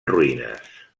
ruïnes